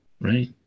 right